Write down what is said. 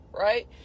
right